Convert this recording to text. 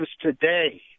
today